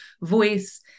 voice